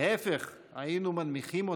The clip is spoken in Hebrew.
להפך, היינו מנמיכים אותה,